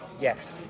Yes